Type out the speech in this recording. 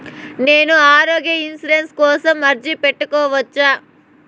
నేను ఆరోగ్య ఇన్సూరెన్సు కోసం అర్జీ పెట్టుకోవచ్చా?